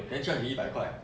then charge 你一百块